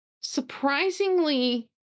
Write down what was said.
surprisingly